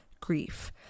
grief